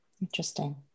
Interesting